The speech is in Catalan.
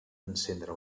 encendre